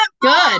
Good